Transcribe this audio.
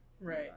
right